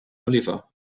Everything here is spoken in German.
oliver